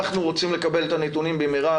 אנחנו רוצים לקבל את הנתונים במהרה,